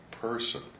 person